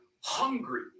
hungry